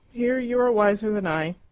here you are wiser than i.